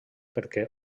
perquè